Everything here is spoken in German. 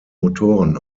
motoren